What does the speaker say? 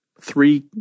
three